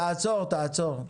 תעצור, תעצור.